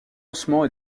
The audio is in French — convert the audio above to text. ossements